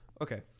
okay